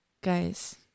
guys